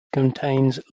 contains